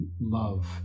love